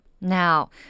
Now